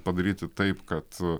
padaryti taip kad